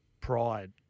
pride